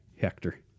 Hector